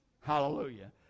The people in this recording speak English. Hallelujah